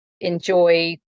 Enjoy